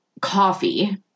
coffee